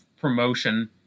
promotion